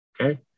Okay